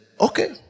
okay